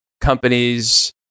companies